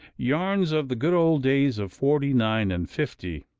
yarns of the good old days of forty nine and fifty,